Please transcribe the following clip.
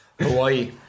Hawaii